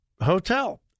hotel